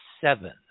seven